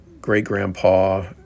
great-grandpa